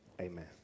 Amen